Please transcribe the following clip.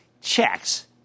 checks